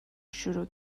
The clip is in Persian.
شروع